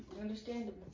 Understandable